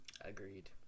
agreed